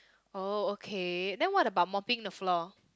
oh okay then what about mopping the floor